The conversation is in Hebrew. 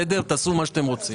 תעשו מה שאתם רוצים.